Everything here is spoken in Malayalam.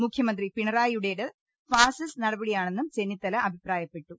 മുഖ്യമന്ത്രി പിണറായിയുടേത് ഫാസിസ്റ്റ് നടപടിയാണെന്നും ചെന്നിത്തല അഭിപ്രാ യപ്പെട്ടു